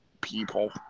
people